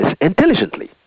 intelligently